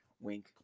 wink